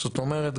זאת אומרת,